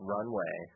Runway